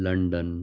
London